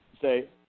say